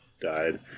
died